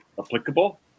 applicable